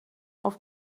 auf